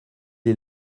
est